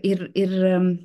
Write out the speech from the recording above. ir ir